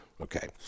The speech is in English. Okay